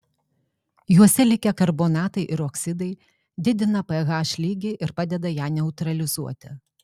juose likę karbonatai ir oksidai didina ph lygį ir padeda ją neutralizuoti